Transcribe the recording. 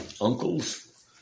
uncles